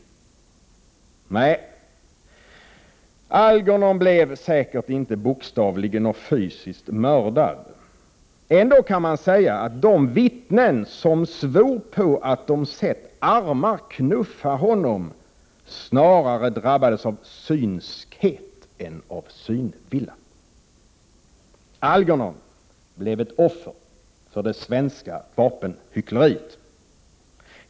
Nej, Algernon blev säkert inte bokstavligen och fysiskt mördad. Ändå kan man säga att de vittnen som svor på att de hade sett armar knuffa honom snarare drabbades av synskhet än av synvilla. Algernon blev ett offer för det svenska vapenhyckleriet.